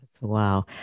Wow